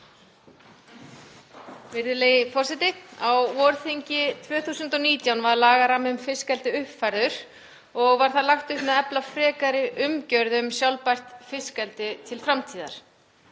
Virðulegi forseti. Á vorþingi 2019 var lagarammi um fiskeldi uppfærður og var þar lagt upp með að efla frekari umgjörð um sjálfbært fiskeldi til framtíðar.